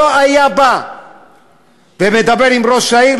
לא היה בא ומדבר עם ראש העיר,